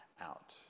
out